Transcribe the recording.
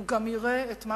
הוא גם יראה את מה